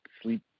sleep